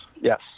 yes